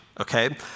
okay